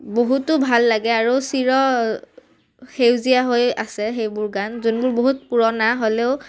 বহুতো ভাল লাগে আৰু চিৰ সেউজীয়া হৈ আছে সেইবোৰ গান যোনবোৰ বহুত পুৰণা হ'লেও